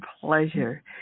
pleasure